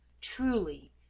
Truly